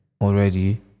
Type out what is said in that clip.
already